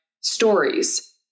stories